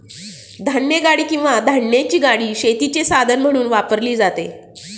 धान्यगाडी किंवा धान्याची गाडी शेतीचे साधन म्हणून वापरली जाते